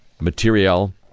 material